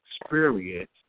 experience